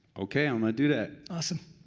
okay i'm gonna do that. awesome.